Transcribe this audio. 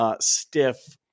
Stiff